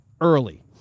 early